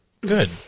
Good